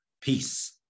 Peace